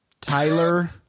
Tyler